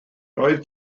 doedd